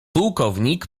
pułkownik